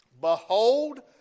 Behold